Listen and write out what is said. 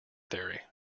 theory